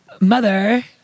Mother